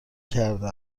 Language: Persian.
کرده